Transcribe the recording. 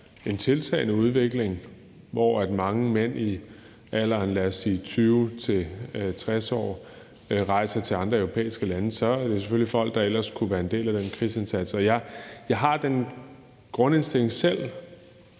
en tiltagende udvikling, hvor mange mænd i alderen, lad os sige 20 til 60 år rejser til andre europæiske lande, at det er folk, der ellers kunne være en del af den krigsindsats. Jeg har selv den grundindstilling,